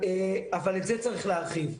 אבל את זה צריך להרחיב.